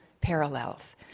parallels